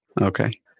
Okay